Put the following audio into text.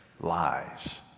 lies